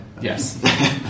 Yes